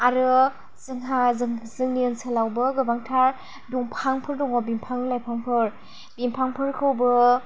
आरो जोंहा जों जोंनि ओनसोलावबो गोबांथार दंफांफोर दङ बिफां लाइफांफोर बिफांफोरखौबो